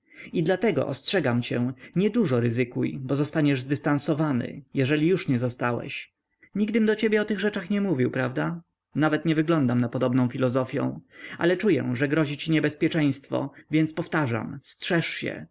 i dlatego ostrzegam cię niedużo ryzykuj bo zostaniesz zdystansowany jeżeli już nie zostałeś nigdym do ciebie o tych rzecachrzeczach nie mówił prawda nawet nie wyglądam na podobną filozofią ale czuję że grozi ci niebezpieczeństwo więc powtarzam strzeż się